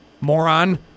moron